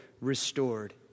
restored